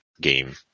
game